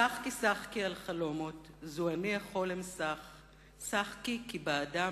"שחקי שחקי על החלומות,/ זו אני החולם שח./ שחקי כי באדם